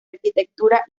arquitectura